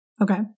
Okay